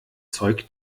zeug